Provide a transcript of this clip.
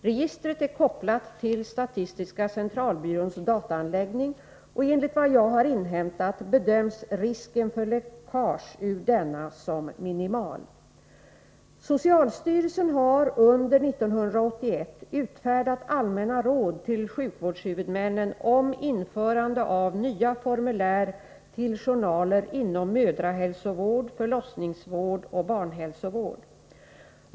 Registret är kopplat till statistiska centralbyråns dataanläggning, och enligt vad jag har inhämtat bedöms risken för läckage ur denna som minimal. Socialstyrelsen har under 1981 utfärdat allmänna råd till sjukvårdshuvudmännen om införande av nya formulär till journaler inom mödrahälsovård, förlossningsvård och barnhälsovård 1981:52).